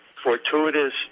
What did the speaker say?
fortuitous